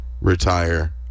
retire